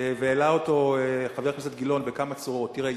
והעלה אותו חבר הכנסת גילאון בכמה צורות: תראה,